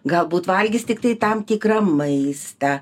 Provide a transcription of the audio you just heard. galbūt valgys tiktai tam tikrą maistą